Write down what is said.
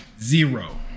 Zero